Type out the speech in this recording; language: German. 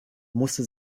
musste